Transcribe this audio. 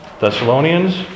Thessalonians